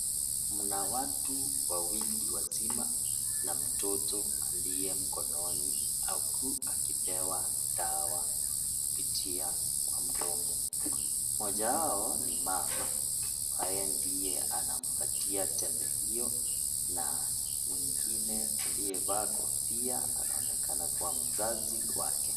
Kuna watu wawili wazima na mtoto aliyemkononi huku akipewa dawa kupitia kwa mdomo moja wao n yeye ndiye anapatiana tembe hiyo aliyebaki pia anaonekana kuwa mzazi wake .